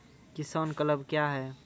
किसान क्लब क्या हैं?